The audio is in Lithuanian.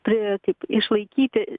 pri kaip išlaikyti